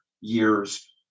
years